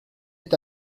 est